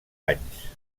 anys